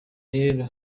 rero